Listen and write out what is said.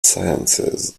sciences